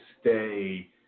stay